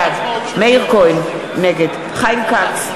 בעד מאיר כהן, נגד חיים כץ,